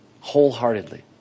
wholeheartedly